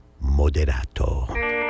Moderato